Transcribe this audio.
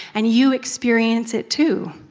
and you experience it too.